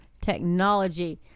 technology